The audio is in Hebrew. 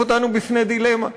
מציב אותנו בפני דילמה,